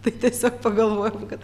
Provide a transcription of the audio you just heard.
tai tiesiog pagalvojom kad